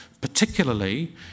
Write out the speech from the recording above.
particularly